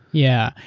yeah.